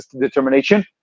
determination